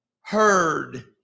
heard